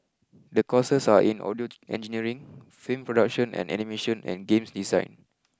the courses are in audio engineering film production and animation and games design